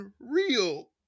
unreal